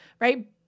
right